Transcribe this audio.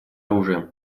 оружием